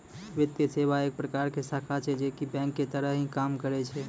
वित्तीये सेवा एक प्रकार के शाखा छै जे की बेंक के तरह ही काम करै छै